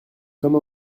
comme